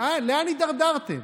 לאן הידרדרתם?